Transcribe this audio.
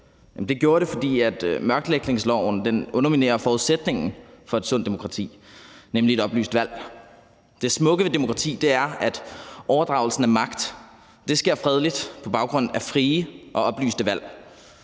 Det gjorde det, fordi mørklægningsloven underminerer forudsætningen for et sundt demokrati, nemlig et oplyst valg. Det smukke ved demokrati er, at overdragelsen af magt sker fredeligt på baggrund af frie og oplyste valg;